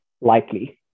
likely